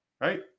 right